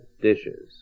dishes